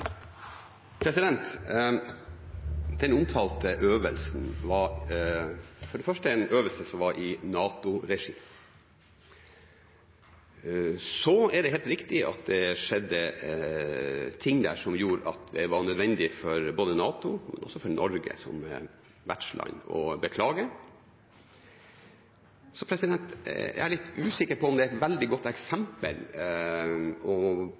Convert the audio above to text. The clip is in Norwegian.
Den omtalte øvelsen var for det første en øvelse som var i NATO-regi. Det er helt riktig at det skjedde ting der som gjorde at det var nødvendig for både NATO og også for Norge som vertsland å beklage. Jeg er litt usikker på om det er et veldig godt eksempel å dra fram med hensyn til det med innleie. En sånn øvelse og